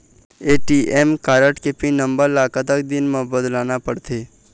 ATM card के pin number ला कतक दिन म बदलना पड़थे?